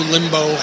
Limbo